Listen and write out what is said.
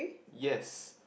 yes